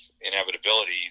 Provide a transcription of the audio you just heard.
inevitability